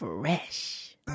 Fresh